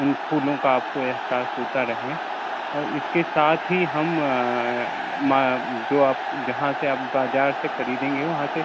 उन फूलों का आपको एहसास होता रहे और इसके साथ ही हम जो आप जहाँ से आप बाज़ार से ख़रीदेंगे वहाँ से